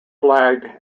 flagged